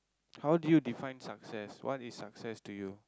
how do you define success what is success to you